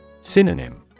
Synonym